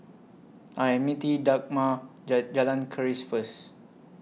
I Am meeting Dagmar Jalan Keris First